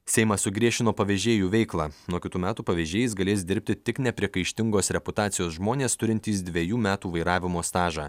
seimas sugriežtino pavežėjų veiklą nuo kitų metų pavežėjais galės dirbti tik nepriekaištingos reputacijos žmonės turintys dvejų metų vairavimo stažą